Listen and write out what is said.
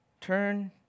turn